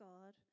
God